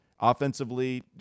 offensively